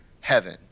heaven